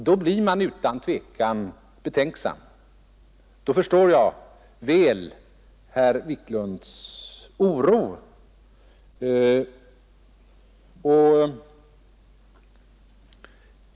Då förstår jag väl herr Wiklunds oro.